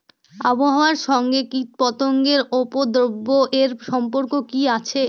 আবহাওয়ার সঙ্গে কীটপতঙ্গের উপদ্রব এর সম্পর্ক কি আছে?